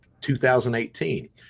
2018